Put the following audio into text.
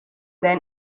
than